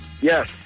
Yes